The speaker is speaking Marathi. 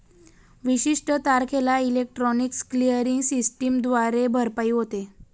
विशिष्ट तारखेला इलेक्ट्रॉनिक क्लिअरिंग सिस्टमद्वारे भरपाई होते